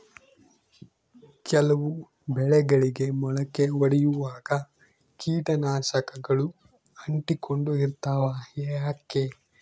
ಕೆಲವು ಬೆಳೆಗಳಿಗೆ ಮೊಳಕೆ ಒಡಿಯುವಾಗ ಕೇಟನಾಶಕಗಳು ಅಂಟಿಕೊಂಡು ಇರ್ತವ ಯಾಕೆ?